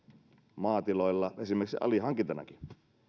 maatiloilla esimerkiksi alihankintanakin